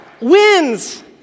wins